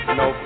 no